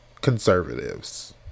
conservatives